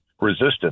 resistance